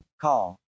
Call